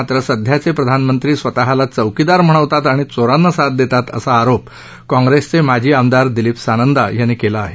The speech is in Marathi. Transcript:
मात्र सध्याचे प्रधानमंत्री स्वतःला चौकीदार म्हणवतात आणि चोरांना साथ देतात असे आरोप काँग्रेसचे माजी आमदार दिलीप सानंदा यांनी केले आहेत